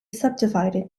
subdivided